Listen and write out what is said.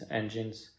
engines